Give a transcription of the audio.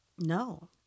No